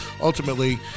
Ultimately